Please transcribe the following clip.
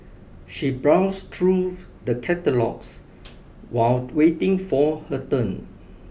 she browsed through the catalogues while waiting for her turn